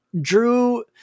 Drew